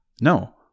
No